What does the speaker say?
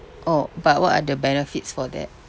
oh but what are the benefits for that